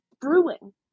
brewing